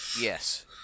Yes